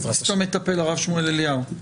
לסתום את הפה לרב שמואל אליהו.